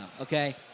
Okay